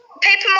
paper